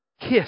kiss